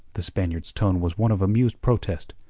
the spaniard's tone was one of amused protest.